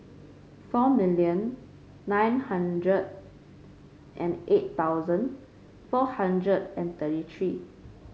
four million nine hundred and eight thousand four hundred and thirty three